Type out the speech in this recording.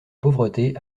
pauvreté